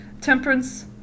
Temperance